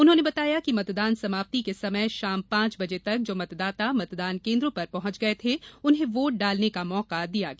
उन्होंने बताया कि मतदान समाप्ति के समय शाम पांच बजे तक जो मतदाता मतदान केंद्रों पर पहंच गये थे उन्हें वोट डालने का मौका दिया गया